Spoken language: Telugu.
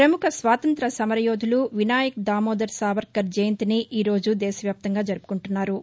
ప్రముఖ స్వాతంత్ర్య సమరయోధులు వినాయక్ దామోదర్ సావర్మర్ జయంతిని ఈరోజు దేశవ్యాప్తంగా జరుపుకుంటున్నాం